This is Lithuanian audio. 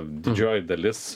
didžioji dalis